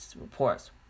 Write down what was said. reports